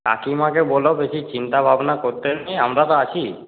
কাকিমাকে বলো বেশি চিন্তাভাবনা করতে না আমরা তো আছি